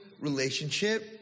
relationship